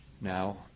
Now